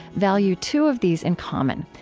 value two of these in common,